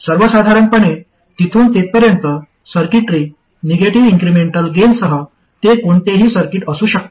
आणि सर्वसाधारणपणे तिथून तेथपर्यंत सर्किटरी निगेटिव्ह इन्क्रिमेंटल गेनसह ते कोणतेही सर्किट असू शकते